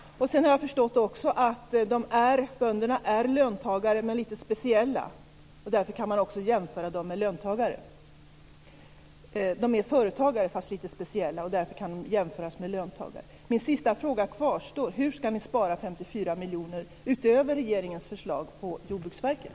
Sedan har jag också förstått att bönderna är företagare, fast lite speciella, och att de därför kan jämföras med löntagare. Min sista fråga kvarstår: Hur ska ni spara 54 miljoner, utöver regeringens förslag, på Jordbruksverket?